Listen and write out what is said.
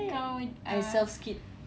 yes I self skid